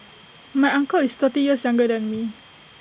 my uncle is thirty years younger than me